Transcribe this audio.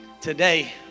Today